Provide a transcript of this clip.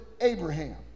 Abraham